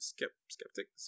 Skeptic